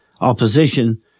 opposition